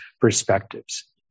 perspectives